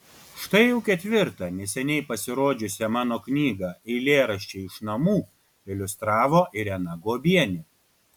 štai jau ketvirtą neseniai pasirodžiusią mano knygą eilėraščiai iš namų iliustravo irena guobienė